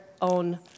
own